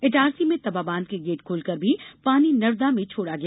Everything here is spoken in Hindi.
इटारसी में तवा बांध के गेट खोलकर भी पानी नर्मदा में छोड़ा गया